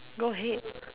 go ahead